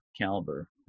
caliber